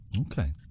Okay